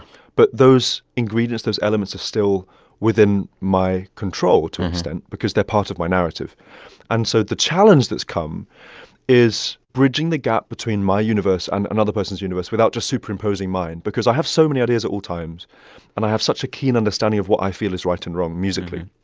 but those ingredients, those elements are still within my control to an extent because they're part of my narrative and so the challenge that's come is bridging the gap between my universe and another person's universe without just superimposing mine. because i have so many ideas at all times and i have such a keen understanding of what i feel is right and wrong musically,